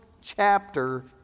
chapter